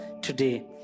today